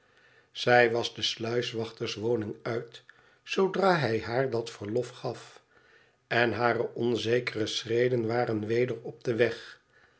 zij was de sluiswachterswoning uit zoodra hij haar dat verlof gaf en hare onzekere schreden waren weder op den weg